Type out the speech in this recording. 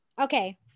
Okay